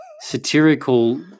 satirical